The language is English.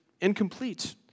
incomplete